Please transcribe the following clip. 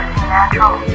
natural